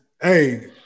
hey